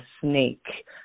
snake